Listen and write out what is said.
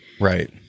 Right